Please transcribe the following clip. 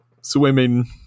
swimming